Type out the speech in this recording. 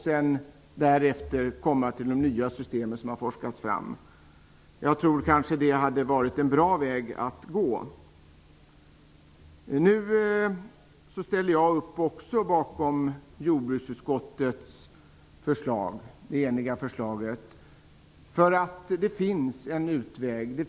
Sedan skulle de kunna använda de nya systemen som skulle ha forskats fram. Jag tror att det hade varit en bra väg att gå. Jag ställer också upp bakom jordbruksutskottets förslag. Det finns en utväg.